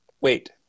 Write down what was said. wait